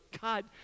God